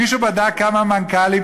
מישהו בדק כמה מנכ"לים,